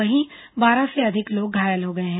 वहीं बारह से अधिक लोग घायल हो गए हैं